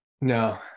no